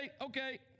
okay